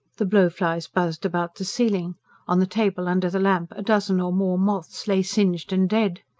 the blowflies buzzed about the ceiling on the table under the lamp a dozen or more moths lay singed and dead.